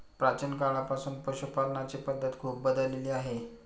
प्राचीन काळापासून पशुपालनाची पद्धत खूप बदलली आहे